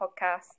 podcast